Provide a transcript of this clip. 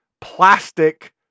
plastic